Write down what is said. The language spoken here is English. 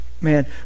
Man